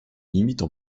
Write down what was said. limites